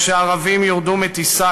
או שערבים ישראלים יורדו מטיסה,